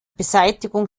beseitigung